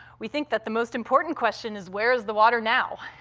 we think that the most important question is, where is the water now?